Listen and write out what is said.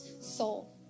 soul